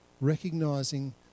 recognizing